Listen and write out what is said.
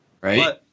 right